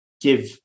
give